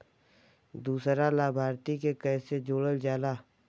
दूसरा लाभार्थी के कैसे जोड़ल जाला?